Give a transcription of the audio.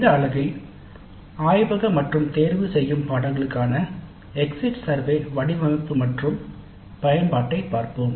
இந்த அலகில் ஆய்வக மற்றும் தேர்ந்தெடுக்கப்பட்ட பாடநெறிகள்க்கான எக்ஸிட் சர்வே கணக்கெடுப்புகளின் வடிவமைப்பு மற்றும் பயன்பாட்டைப் பார்ப்போம்